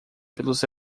pelos